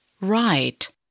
Right